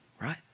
right